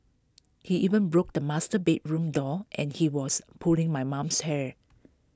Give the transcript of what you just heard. he even broke the master bedroom door and he was pulling my mum's hair